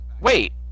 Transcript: wait